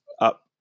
up